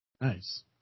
Nice